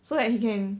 so that he can